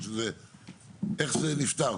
איך זה נפתר?